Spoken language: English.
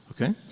Okay